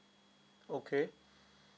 okay